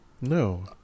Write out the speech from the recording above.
No